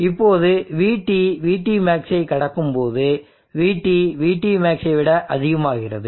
இப்போது VT VTmaxஐ கடக்கும் போது VT VTmaxஐ விட அதிகமாகிறது